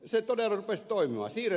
se todella rupesi toimimaan